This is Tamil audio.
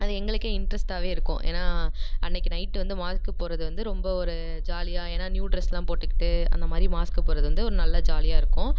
அது எங்களுக்கே இன்ட்ரெஸ்ட்டாகவே இருக்கும் ஏன்னா அன்னைக்கு நைட்டு வந்து மாஸுக்கு போகிறது வந்து ரொம்ப ஒரு ஜாலியாக ஏன்னா நியூ ட்ரெஸ்லாம் போட்டுக்கிட்டு அந்தமாதிரி மாஸுக்கு போகிறது வந்து ஒரு நல்ல ஜாலியாக இருக்கும்